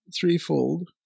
threefold